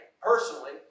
personally